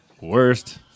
worst